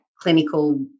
clinical